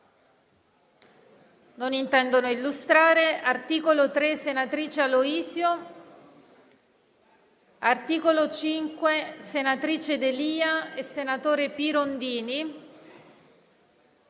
si intendono illustrati.